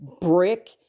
brick